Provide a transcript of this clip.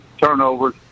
turnovers